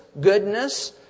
goodness